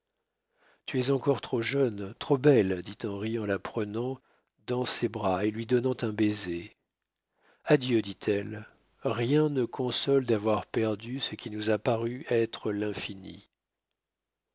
tu es encore trop jeune trop belle dit henri en la prenant dans ses bras et lui donnant un baiser adieu dit-elle rien ne console d'avoir perdu ce qui nous a paru être l'infini